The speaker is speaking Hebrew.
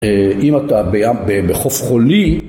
אם אתה בים בחוף חולי